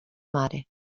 mare